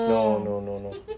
no no no no